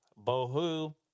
bohu